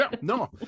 no